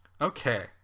okay